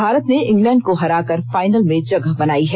भारत ने इंग्लैंड को हराकर फाइनल में जगह बनाई है